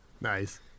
Nice